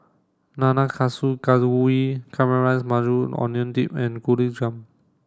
Nanakusa Gayu Caramelized Maui Onion Dip and Gulab Jamun